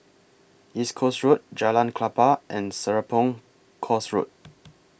East Coast Road Jalan Klapa and Serapong Course Road